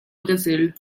brésil